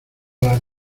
las